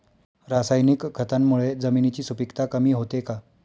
रासायनिक खतांमुळे जमिनीची सुपिकता कमी होते का?